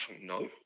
no